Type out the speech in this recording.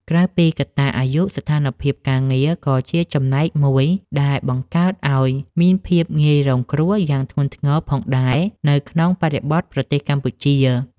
ក្រៅពីកត្តាអាយុ ស្ថានភាពការងារក៏ជាចំណែកមួយដែលបង្កើតឱ្យមានភាពងាយរងគ្រោះយ៉ាងធ្ងន់ធ្ងរផងដែរនៅក្នុងបរិបទប្រទេសកម្ពុជា។